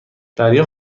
دریا